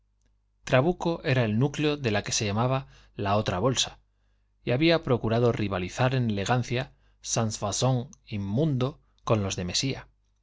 trabuco era el núcleo de la que se llamaba la otra bolsa y había procurado rivalizar en elegancia sans faon y mundo con los de mesía